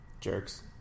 Jerks